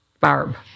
Barb